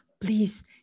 please